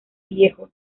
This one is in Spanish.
viejo